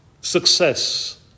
success